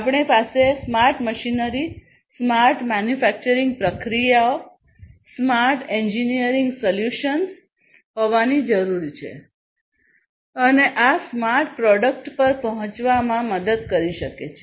આપણી પાસે smart machinery smart manufacturing પ્રક્રિયાઓ સ્માર્ટ એન્જિનિયરિંગ સોલ્યુશન્સ હોવાની જરૂર છે અને આ સ્માર્ટ પ્રોડક્ટ પર પહોંચવામાં મદદ કરી શકે છે